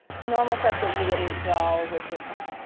normal stuff that you wouldn't draw with your pen.